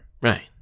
Right